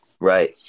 Right